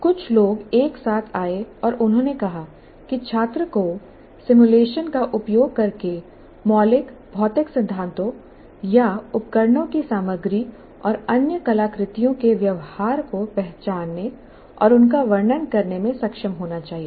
कुछ लोग एक साथ आए और उन्होंने कहा कि छात्र को सिमुलेशन का उपयोग करके मौलिक भौतिक सिद्धांतों या उपकरणों की सामग्री और अन्य कलाकृतियों के व्यवहार को पहचानने और उनका वर्णन करने में सक्षम होना चाहिए